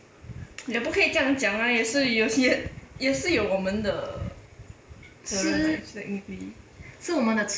你也不可以这样讲啊也是有些也是有我们的责任 lah technically